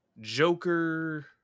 Joker